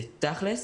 ותכל'ס,